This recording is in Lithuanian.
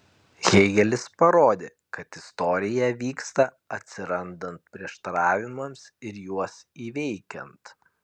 hėgelis parodė kad istorija vyksta atsirandant prieštaravimams ir juos įveikiant